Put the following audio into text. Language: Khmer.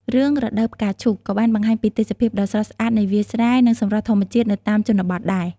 រឿង រដូវផ្កាឈូក ក៏បានបង្ហាញពីទេសភាពដ៏ស្រស់ស្អាតនៃវាលស្រែ និងសម្រស់ធម្មជាតិនៅតាមជនបទដែរ។